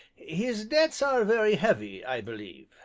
his debts are very heavy, i believe.